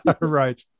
Right